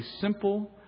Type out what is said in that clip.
simple